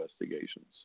investigations